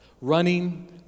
Running